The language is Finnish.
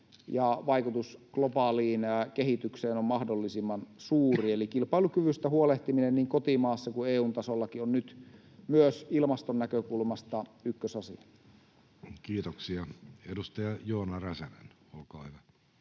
vaikutus globaaliin kehitykseen on mahdollisimman suuri, eli kilpailukyvystä huolehtiminen niin kotimaassa kuin EU:n tasollakin on nyt myös ilmaston näkökulmasta ykkösasia. Kiitoksia. — Edustaja Joona Räsänen, olkaa hyvä.